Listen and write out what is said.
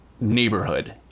neighborhood